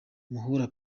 buhuru